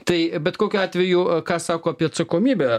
tai bet kokiu atveju ką sako apie atsakomybę